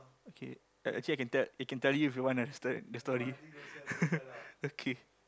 okay I actually I can tell I can tell you if you wanna the story the story okay